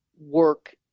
work